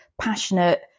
passionate